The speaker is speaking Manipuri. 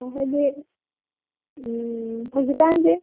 ꯑꯣ ꯍꯥꯏꯗꯤ ꯍꯧꯖꯤꯛꯀꯥꯟꯗꯤ